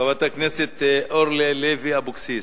חברת הכנסת אורלי לוי אבקסיס.